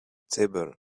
table